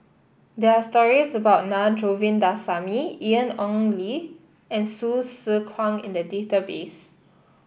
there are stories about Na Govindasamy Ian Ong Li and Hsu Tse Kwang in the database